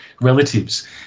relatives